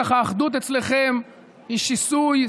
ככה אחדות אצלכם היא שיסוי,